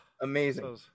Amazing